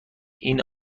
این